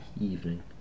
evening